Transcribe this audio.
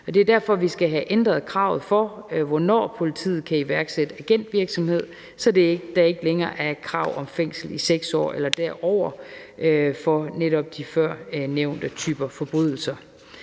Det er derfor, vi skal have ændret kravet om, hvornår politiet kan iværksætte agentvirksomhed, så der ikke længere er et krav om fængsel i 6 år eller derover for netop de førnævnte typer forbrydelser.